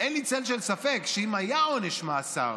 אין לי צל של ספק שאם היה עונש מאסר,